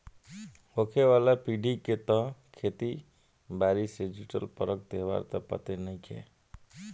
होखे वाला पीढ़ी के त खेती बारी से जुटल परब त्योहार त पते नएखे